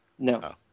No